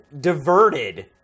diverted